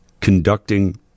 conducting